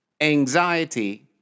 anxiety